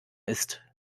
ist